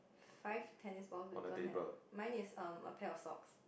five tennis ball with don't have mine is um a pair of socks